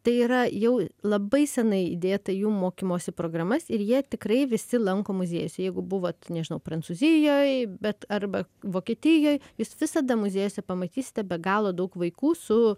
tai yra jau labai seniai įdėta į jų mokymosi programas ir jie tikrai visi lanko muziejus jeigu buvot nežinau prancūzijoj bet arba vokietijoj jūs visada muziejuose pamatysite be galo daug vaikų su